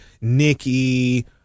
Nikki